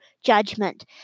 judgment